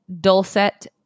Dulcet